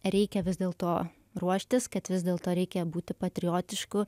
reikia vis dėl to ruoštis kad vis dėlto reikia būti patriotišku